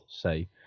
say